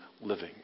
living